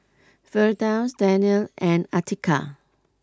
Firdaus Daniel and Atiqah